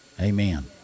Amen